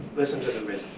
listen to the rhythm.